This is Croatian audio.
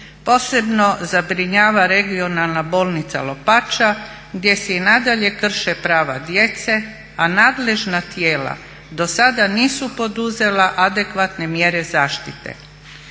Posebno zabrinjava regionalna bolnica Lopača gdje se i nadalje krše prava djece, a nadležna tijela do sada nisu poduzela adekvatne mjere zaštite.